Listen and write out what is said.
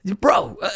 bro